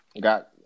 got